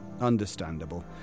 Understandable